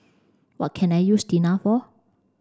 what can I use Tena for